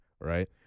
Right